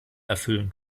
erfüllen